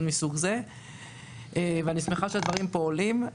מהסוג הזה ואני שמחה שהדברים עולים פה.